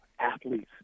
athletes